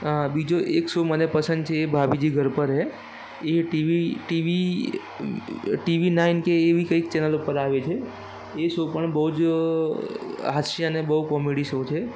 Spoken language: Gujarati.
આ બીજો એક સો મને પસંદ છે એ ભાભીજી ઘર પર હૈ એ TV TV uh TV nine કે એવી કંઇક ચેનલ ઉપર આવે છે એ સો પણ બહુ જ હાસ્ય અને બહુ કોમેડી શો છે